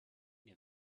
near